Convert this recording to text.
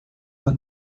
uma